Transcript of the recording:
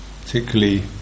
particularly